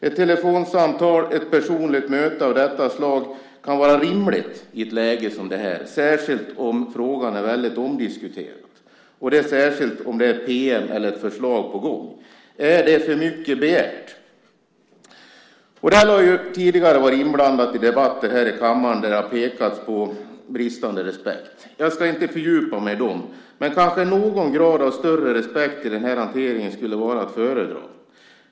Ett telefonsamtal eller ett personligt möte kan vara rimligt i ett läge som detta, särskilt om frågan är väldigt omdiskuterad och det är en pm eller ett förslag på gång. Är det för mycket begärt? Jag har tidigare varit inblandad i debatter i kammaren där det har pekats på bristande respekt. Jag ska inte fördjupa mig i dem. Men kanske skulle någon grad av större respekt i den här hanteringen vara att föredra.